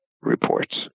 reports